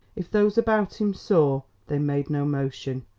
if those about him saw, they made no motion.